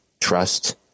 trust